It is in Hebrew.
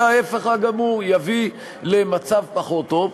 אלא ההפך הגמור, יביא למצב פחות טוב.